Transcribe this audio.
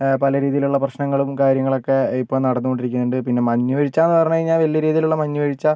പല രീതിയിലുള്ള പ്രശ്നങ്ങളും കാര്യങ്ങളും ഒക്കെ ഇപ്പോൾ നടന്നുകൊണ്ടിരിക്കുന്നുണ്ട് പിന്നെ മഞ്ഞ് വീഴ്ച്ച എന്ന് പറഞ്ഞു കഴിഞ്ഞാൽ വലിയ രീതിയിൽ ഉള്ള മഞ്ഞ് വീഴ്ച്ച